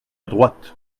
droite